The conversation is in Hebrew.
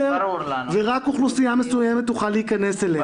ורק אוכלוסייה מסוימת תוכל להיכנס אליו.